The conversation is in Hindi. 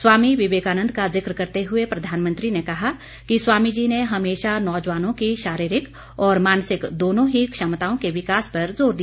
स्वामी विवेकानंद का जि क्र करते हुए प्रधानमंत्री ने कहा कि स्वामीजी ने हमेशा नौजवानों की शारीरिक और मानसिक दोनों ही क्षमताओं के विकास पर जोर दिया